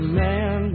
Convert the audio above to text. man